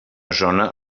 zona